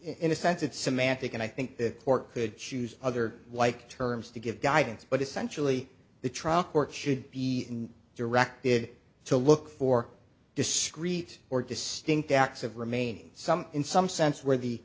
a sense it's semantic and i think the court could choose other like terms to give guidance but essentially the trial court should be directed to look for discrete or distinct acts of remaining some in some sense where the